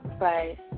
right